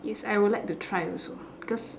yes I would like to try also because